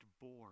bored